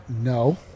no